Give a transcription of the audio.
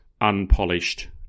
unpolished